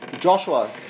Joshua